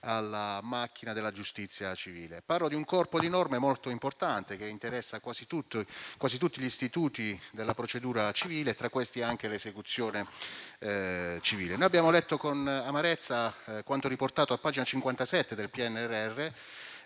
alla macchina della giustizia civile. Parlo di un corpo di norme molto importante che interessa quasi tutti gli istituti della procedura civile e, tra questi, anche l'esecuzione civile. Abbiamo letto con amarezza quanto riportato a pagina 57 del PNRR,